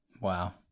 Wow